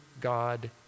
God